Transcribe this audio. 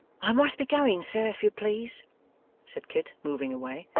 i must be going, sir, if you please said kit, moving away.